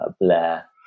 Blair